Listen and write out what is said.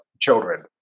children